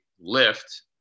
lift